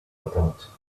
attente